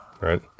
right